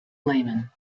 laymen